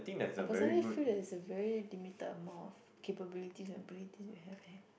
I personally feel that is a very limited amount of capabilities and abilities you have eh